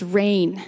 rain